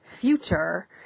future